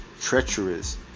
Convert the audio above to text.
treacherous